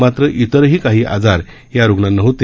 मात्र इतरही काही आजार या रुग्णांना होते